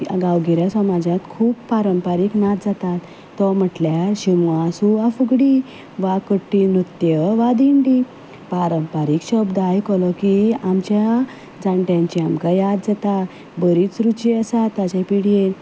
गांवगिऱ्या समाजांत खूब पारंपारीक नाच जातात तो म्हटल्यार शिगमो आसूं वा फुगडी वा कट्टी नृत्य वा दिंडी पारंपारीक शब्द आयकलो की आमच्या जाण्ट्यांची आमकां याद जाता बरीच रुची आसा आतांचे पिड्येक